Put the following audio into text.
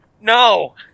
No